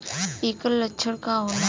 ऐकर लक्षण का होला?